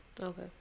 Okay